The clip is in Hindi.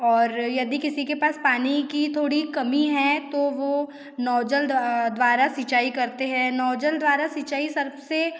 और यदि किसी के पास पानी की थोड़ी कमी है तो वो नवजल द्वारा सिंचाई करते हैं नवजल द्वारा सिंचाई सब से